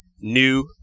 new